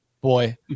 Boy